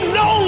no